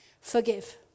forgive